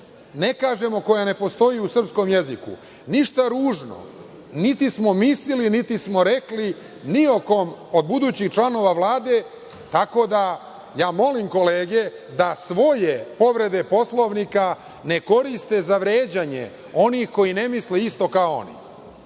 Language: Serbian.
ne kažemo koja ne postoji u srpskom jeziku. Ništa ružno niti smo mislili niti smo rekli ni o kom od budućih članova Vlade, tako da molim kolege da svoje povrede Poslovnika ne koriste za vređanje onih koji ne misle isto kao